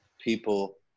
people